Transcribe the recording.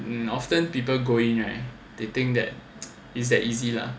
and often people go in right they think that it's that easy lah